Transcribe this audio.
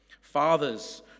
Fathers